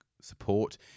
support